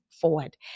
forward